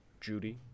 Judy